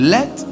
Let